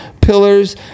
Pillars